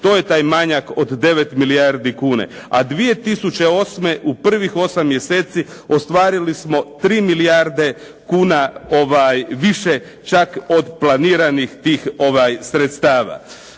To je taj manjak od 9 milijardi kuna. A 2008. u prvih 8 mjeseci ostvarili smo 3 milijarde kuna više, čak od planiranih tih sredstava.